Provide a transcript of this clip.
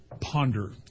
ponder